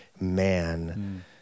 man